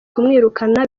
kumwirukana